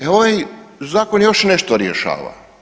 E ovaj zakon još nešto rješava.